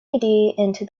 into